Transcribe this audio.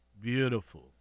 Beautiful